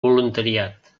voluntariat